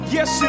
Yes